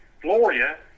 Gloria